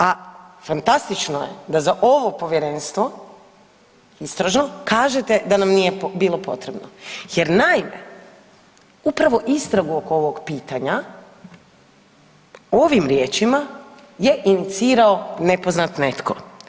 A fantastično je da za ovo povjerenstvo istražno kažete da nam nije bilo potrebno jer naime upravo istragu oko ovog pitanja ovim riječima je inicirati nepoznat netko.